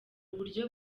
uburyo